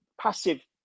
passive